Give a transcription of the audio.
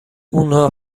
اونها